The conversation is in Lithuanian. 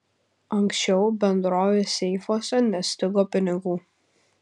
anksčiau bendrovės seifuose nestigo pinigų